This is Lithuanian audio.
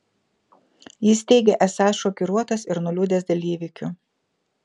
jis teigė esąs šokiruotas ir nuliūdęs dėl įvykių